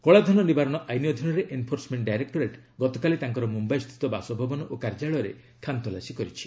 କଳାଧନ ନିବାରଣ ଆଇନ ଅଧୀନରେ ଏନଫୋର୍ସମେଣ୍ଟ ଡାଇରେକ୍ଲୋରେଟ୍ ଗତକାଲି ତାଙ୍କର ମୁମ୍ୟାଇସ୍ଥିତ ବାସଭବନ ଓ କାର୍ଯ୍ୟାଳୟରେ ଖାନତଲାସି କରିଛି